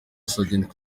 sgt